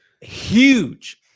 huge